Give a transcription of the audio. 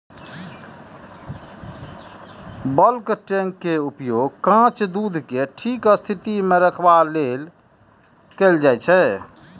bulk tank के उपयोग कांच दूध कें ठीक स्थिति मे रखबाक लेल कैल जाइ छै